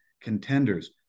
Contenders